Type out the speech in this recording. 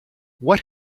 what